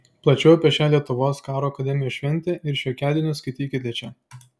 plačiau apie šią lietuvos karo akademijos šventę ir šiokiadienius skaitykite čia